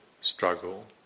struggle